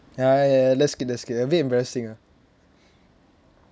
ya ya ya ya let's skip let's skip a bit embarrassing ah